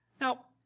Now